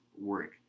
work